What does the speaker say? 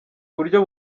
buryo